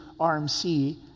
RMC